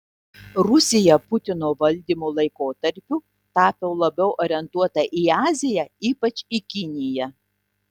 rusija putino valdymo laikotarpiu tapo labiau orientuota į aziją ypač į kiniją